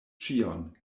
ĉion